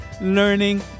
learning